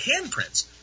handprints